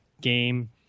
game